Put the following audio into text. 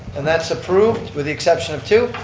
and that's approved with the exception of two.